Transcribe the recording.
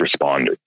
responders